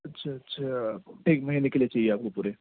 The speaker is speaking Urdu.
اچھا اچھا ایک مہینے کے لیے چاہیے آپ کو پورے